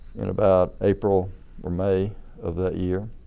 in about april or may of that year.